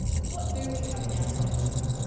so what do we have in our collection?